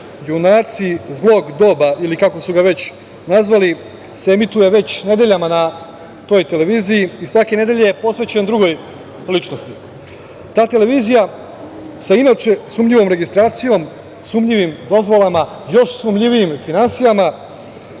"Junaci zlog doba" ili kako su ga već nazvali se emituje već nedeljama na toj televiziji i svake nedelje je posvećen drugoj ličnosti. Ta televizija sa inače sumnjivom registracijom, sumnjivim dozvolama, još sumnjivijim finansijama,